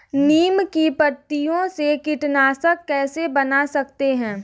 नीम की पत्तियों से कीटनाशक कैसे बना सकते हैं?